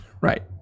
Right